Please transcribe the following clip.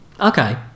Okay